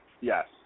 Yes